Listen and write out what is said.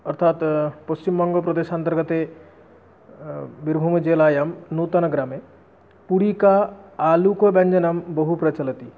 अर्थात् पश्चिमबङ्गप्रदेशान्तर्गते बीरभूं जिलायां नूतनग्रामे पुडिका आलुकव्यञ्जनं बहु प्रचलति